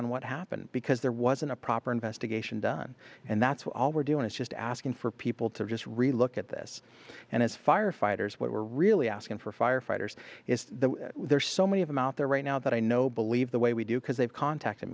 on what happened because there wasn't a proper investigation done and that's what all we're doing is just asking for people to just really look at this and as firefighters what we're really asking for firefighters is there are so many of them out there right now that i know believe the way we do because they've contacted